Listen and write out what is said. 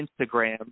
Instagram